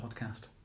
podcast